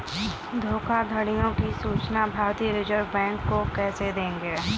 धोखाधड़ियों की सूचना भारतीय रिजर्व बैंक को कैसे देंगे?